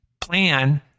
plan